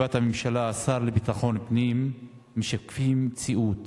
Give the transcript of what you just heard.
בישיבת הממשלה השר לביטחון פנים משקפים מציאות